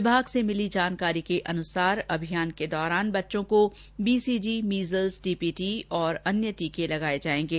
विभाग से मिली जानकारी के अनुसार अभियान के दौरान बच्चों को बीसीजी मीजल्स डीपीटी और अन्य टीके लगाए जाएंगे